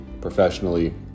professionally